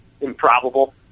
improbable